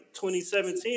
2017